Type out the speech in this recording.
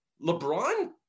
LeBron